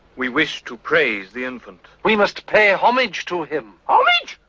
we wish to praise the infant. we must pay ah homage to him. homage,